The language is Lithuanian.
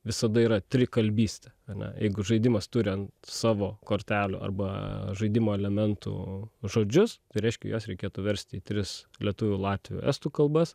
visada yra trikalbystė ane jeigu žaidimas turi ant savo kortelių arba žaidimo elementų žodžius tai reiškia juos reikėtų verst į tris lietuvių latvių estų kalbas